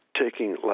taking